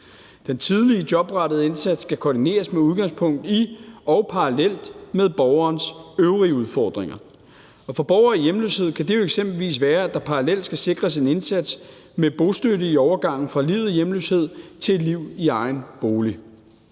Den tidlige jobrettede indsats skal koordineres med udgangspunkt i og parallelt med borgerens øvrige udfordringer. Og for borgere i hjemløshed kan det eksempelvis være, at der parallelt skal sikres en indsats med bostøtte i overgangen fra livet i hjemløshed til et liv i egen bolig.